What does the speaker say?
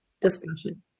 discussion